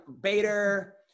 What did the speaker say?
Bader